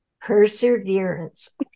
perseverance